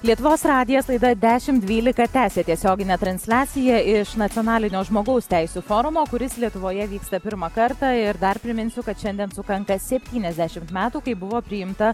lietuvos radijas laida dešimt dvylika tęsia tiesioginę transliaciją iš nacionalinio žmogaus teisių forumo kuris lietuvoje vyksta pirmą kartą ir dar priminsiu kad šiandien sukanka septyniasdešimt metų kai buvo priimta